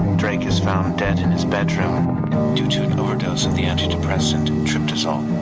drake is found dead in his bedroom due to an overdose of the antidepressant tryptizol.